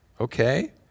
Okay